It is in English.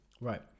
Right